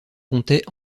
comptait